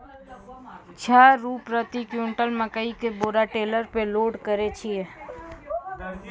छह रु प्रति क्विंटल मकई के बोरा टेलर पे लोड करे छैय?